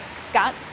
Scott